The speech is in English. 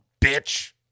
bitch